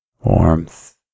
warmth